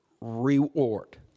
reward